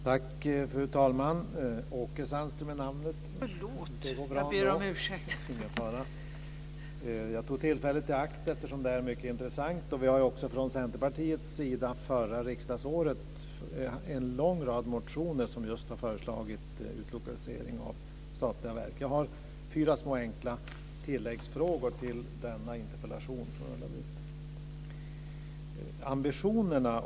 Fru talman! Jag tog tillfället i akt att tala, eftersom detta är mycket intressant. Vi har från Centerpartiets sida en lång rad motioner från förra riksdagsåret där vi just har föreslagit utlokalisering av statliga verk. Jag har fyra enkla tilläggsfrågor till Ulla-Britts interpellation.